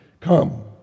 come